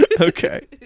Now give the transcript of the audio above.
Okay